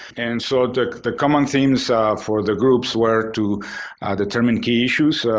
and so the common themes for the groups were to determine key issues,